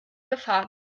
gefahr